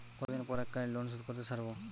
কতদিন পর এককালিন লোনশোধ করতে সারব?